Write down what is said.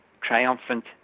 triumphant